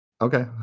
Okay